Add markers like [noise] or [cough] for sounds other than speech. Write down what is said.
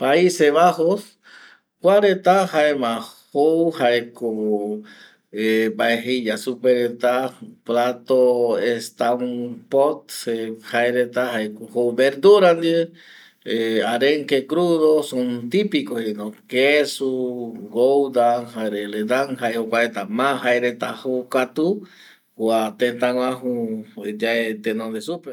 Paises Bajo kuareta jaema jou jaeko mbae jeiya supe reta plato estampos jaereta jaereta jaeko jou verdura ndie [hesitation] arenke crudo son tipico que es gouda jare ledan jae jokuareta ma jaereta joukatu kua tétaguaju yae tenonde yae supeva